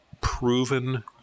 proven